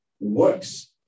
Works